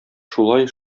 шулай